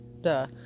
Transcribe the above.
duh